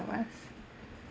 us